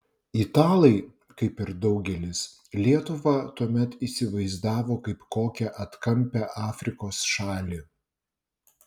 italai kaip ir daugelis lietuvą tuomet įsivaizdavo kaip kokią atkampią afrikos šalį